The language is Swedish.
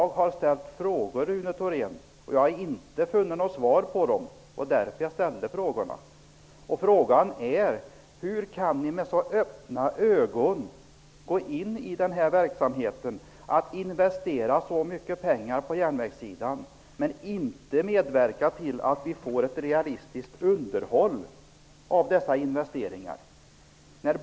Jag har ställt frågor, Rune Thorén, och jag har inte funnit några svar på dem -- det var därför jag ställde frågorna. Frågan är: Hur kan ni med öppna ögon gå in i den här verksamheten och investera så mycket pengar på järnvägssidan men inte medverka till att vi får ett realistiskt underhåll av dessa investeringar?